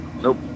Nope